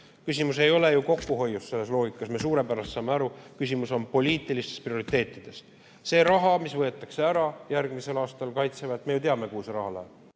Küsimus ei ole ju kokkuhoius, me saame suurepäraselt aru, et küsimus on poliitilistes prioriteetides. See raha, mis võetakse ära järgmisel aastal Kaitseväelt – me ju teame, kuhu see raha läheb.